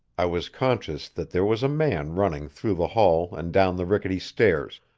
i was conscious that there was a man running through the hall and down the rickety stairs,